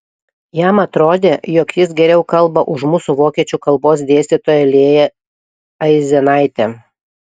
jam atrodė jog jis geriau kalba už mūsų vokiečių kalbos dėstytoją lėją aizenaitę